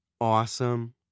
awesome